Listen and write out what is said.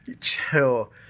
Chill